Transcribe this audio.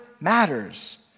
matters